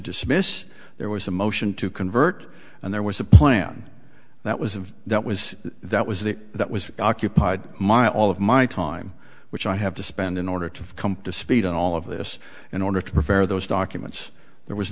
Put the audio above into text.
dismiss there was a motion to convert and there was a plan that was of that was that was the that was occupied my all of my time which i have to spend in order to come to speed on all of this in order to prepare those documents there was